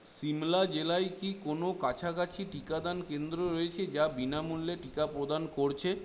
সিমলা জেলায় কি কোনও কাছাকাছি টিকাদান কেন্দ্র রয়েছে যা বিনামূল্যে টিকা প্রদান করছে